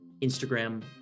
Instagram